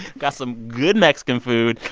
got some good mexican food.